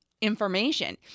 information